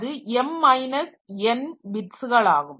அது m n பிட்ஸ்களாகும்